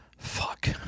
Fuck